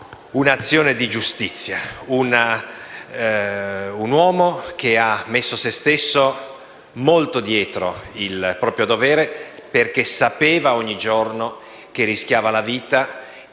un'azione di giustizia. Un uomo che ha messo se stesso molto dopo l'adempimento del proprio dovere, perché sapeva ogni giorno di rischiare la vita.